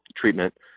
treatment